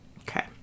Okay